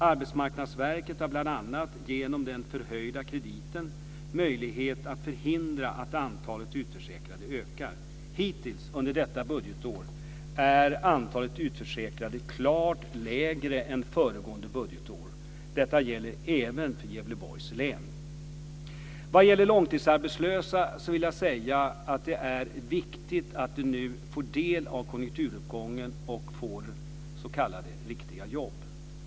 Arbetsmarknadsverket har bl.a. genom den förhöjda krediten möjlighet att förhindra att antalet utförsäkrade ökar. Hittills under detta budgetår är antalet utförsäkrade klart lägre än föregående budgetår. Detta gäller även för Gävleborgs län. Vad gäller långtidsarbetslösa vill jag säga att det är viktigt att de nu får del av konjunkturuppgången och får riktiga jobb.